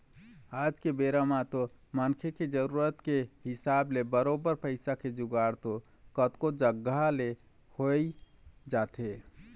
आज के बेरा म तो मनखे के जरुरत के हिसाब ले बरोबर पइसा के जुगाड़ तो कतको जघा ले होइ जाथे